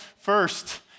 First